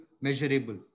measurable